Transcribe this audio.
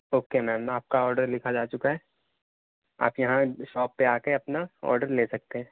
okay ma'am میں آپ کا آرڈر لکھا جا چکا ہے آپ کے یہاں شاپ پہ آ کے اپنا آرڈر لے سکتے ہیں